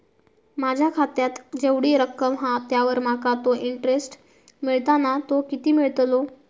माझ्या खात्यात जेवढी रक्कम हा त्यावर माका तो इंटरेस्ट मिळता ना तो किती मिळतलो?